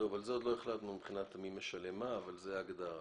עוד לא החלטנו מי משלם מה, אבל זו ההגדרה.